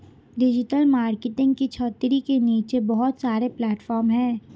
digital marketing की छतरी के नीचे बहुत सारे प्लेटफॉर्म हैं